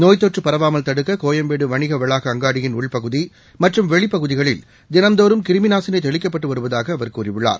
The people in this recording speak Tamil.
நோய் தொற்று பரவாமல் தடுக்க கோயம்பேடு வணிக வளாக அங்காடியின் உள்பகுதி மற்றும் வெளிப்பகுதிகளில் தினந்தோறும் கிருமி நாசினி தெளிக்கப்பட்டு வருவதாக அவர் கூறியுள்ளார்